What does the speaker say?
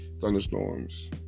thunderstorms